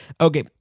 Okay